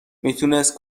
میتونست